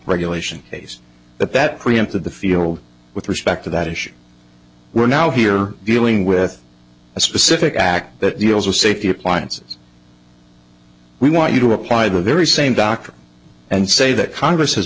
regulation case that that preempted the field with respect to that issue we're now here dealing with a specific act that deals with safety appliances we want you to apply the very same doctor and say that congress has